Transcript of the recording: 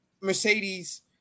mercedes